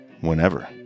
whenever